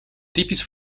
typisch